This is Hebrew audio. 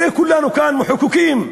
הרי כולם כאן מחוקקים,